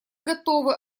готовы